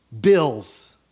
Bills